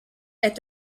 est